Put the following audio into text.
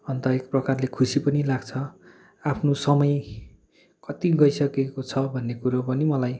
अन्त एक प्रकारले खुसी पनि लाग्छ आफ्नु समय कति गइसकेको छ भन्ने कुरा पनि मलाई